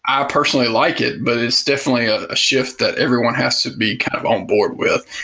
i personally like it, but it's definitely a ah shift that everyone has to be kind of on board with.